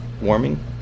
warming